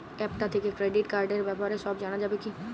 App থেকে credit কার্ডর ব্যাপারে সব জানা যাবে কি?